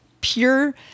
pure